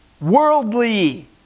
worldly